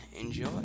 enjoy